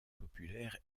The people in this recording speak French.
populaire